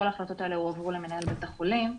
כל ההחלטות האלה הועברו למנהל בית החולים,